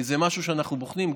זה משהו שאנחנו בוחנים.